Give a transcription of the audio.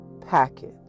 package